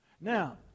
Now